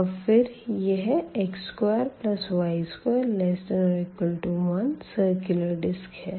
और फिर यह x2y21 सिरकुलर डिस्क है